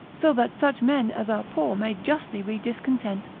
so that such men as are poor may justly be discontent,